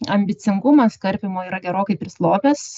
ambicingumas karpymo yra gerokai prislopęs